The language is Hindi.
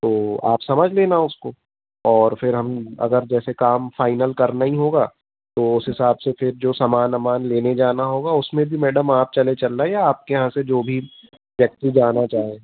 तो आप समझ लेना उसको और फिर हम अगर जैसे काम फ़ाइनल करना ही होगा तो उस हिसाब से फिर जो समान अमान लेने जाना होगा उसमें भी मैडम आप चले चलना या आपके यहाँ से जो भी व्यक्ति जाना चाहे